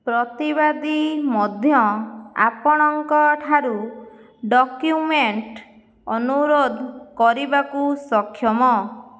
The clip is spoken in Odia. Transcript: ପ୍ରତିବାଦୀ ମଧ୍ୟ ଆପଣଙ୍କ ଠାରୁ ଡକ୍ୟୁମେଣ୍ଟ ଅନୁରୋଧ କରିବାକୁ ସକ୍ଷମ